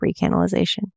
recanalization